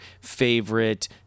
favorite